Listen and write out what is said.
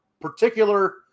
particular